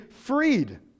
freed